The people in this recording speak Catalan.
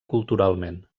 culturalment